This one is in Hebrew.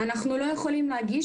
אנחנו לא יכולים להגיש,